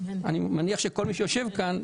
אני מניח שכל מי שיושב כאן,